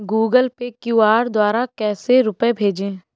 Google Pay QR द्वारा कैसे रूपए भेजें?